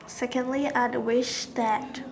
secondly I would wish that